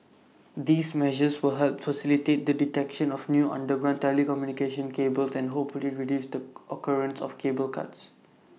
these measures will help facilitate the detection of new underground telecommunication cables and hopefully reduce the occurrence of cable cuts